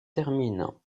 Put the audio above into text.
terminant